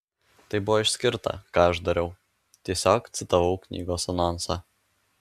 tai buvo išskirta ką aš dariau tiesiog citavau knygos anonsą